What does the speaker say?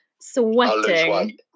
sweating